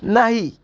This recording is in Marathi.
नाही